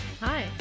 Hi